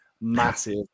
massive